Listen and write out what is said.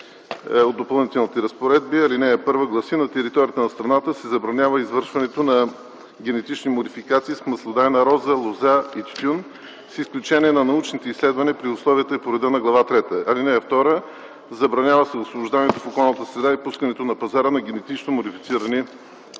от Допълнителните разпоредби: „(1) На територията на страната се забранява извършването на генетични модификации с маслодайна роза, лозя и тютюн с изключение на научните изследвания при условията и по реда на Глава трета. (2) Забранява се освобождаването в околната среда и пускането на пазара на генетично модифицирани животни.”